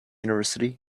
university